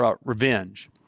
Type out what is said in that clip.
revenge